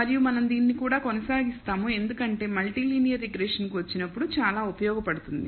మరియు మనం దానిని కూడా కొనసాగిస్తాము ఎందుకంటే మల్టీలినియర్ రిగ్రెషన్కు వచ్చినప్పుడు చాలా ఉపయోగపడుతుంది